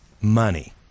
money